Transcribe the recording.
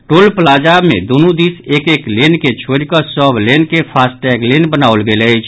टोल plaza मे दूनू दिस एक एक लेन के छोड़िकऽ सभ लेन के फास्टैग लेन बनाओल गेल अछि